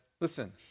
listen